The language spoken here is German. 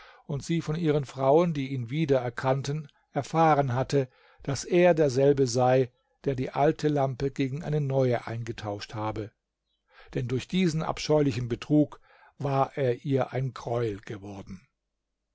und sie von ihren frauen die ihn wieder erkannten erfahren hatte daß er derselbe sei der die alte lampe gegen eine neue eingetauscht habe denn durch diesen abscheulichen betrug war er ihr ein greuel geworden